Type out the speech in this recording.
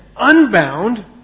unbound